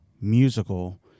musical